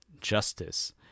justice